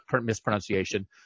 mispronunciation